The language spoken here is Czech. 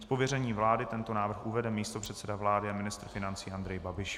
Z pověření vlády tento návrh uvede místopředseda vlády a ministr financí Andrej Babiš.